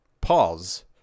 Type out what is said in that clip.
Pause